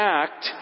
act